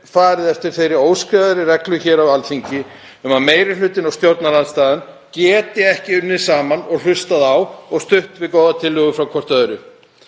farið eftir þeirri óskrifuðu reglu hér á Alþingi að meiri hlutinn og stjórnarandstaðan geti ekki unnið saman og hlustað á eða stutt góðar tillögur hvort frá